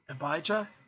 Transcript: Abijah